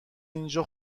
اینجا